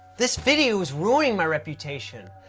this video is ruining my reputation.